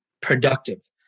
productive